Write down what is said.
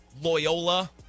Loyola